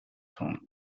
tongue